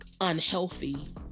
unhealthy